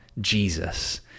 Jesus